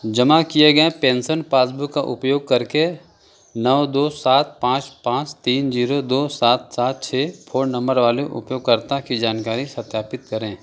जमा किए गए पेंशन पासबुक का उपयोग करके नौ दो सात पाँच पाँच तीन जीरो दो सात सात छः फोन नम्बर वाले उपयोगकर्ता की जानकारी सत्यापित करें